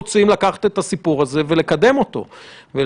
אנחנו צריכים להתמקד במה שהוועדה הזאת מסוגלת